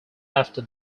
after